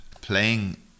playing